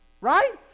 Right